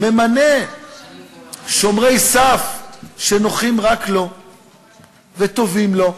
ממנה שומרי סף שנוחים רק לו וטובים לו.